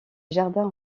jardins